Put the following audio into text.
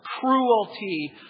cruelty